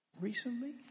recently